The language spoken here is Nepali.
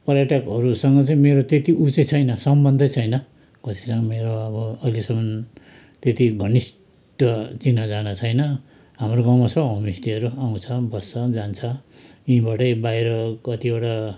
पर्याटकहरूसँग चाहिँ मेरो त्यत्ति उ चाहिँ छैन सम्बन्धै छैन कसैसँग मेरो अब अहिलेसम्म त्यति घनिष्ट चिनाजाना छैन हाम्रो गाउँमा छ होम्स्टेहरू आउँछ बस्छ जान्छ यहीँबाटै बाहिर कतिवटा